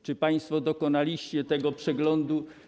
Czy państwo dokonaliście tego przeglądu?